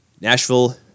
Nashville